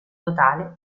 totale